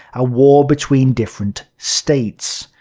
a war between different states.